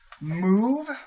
move